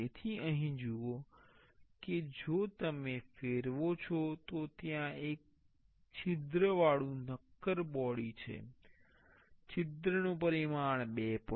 તેથી અહીં જુઓ કે જો તમે ફેરવો છો તો ત્યાં એક છિદ્રવાળુ નક્કર બોડી છે છિદ્રનું પરિમાણ 2